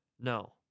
No